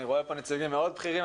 אני רואה פה נציגים מאוד בכירים.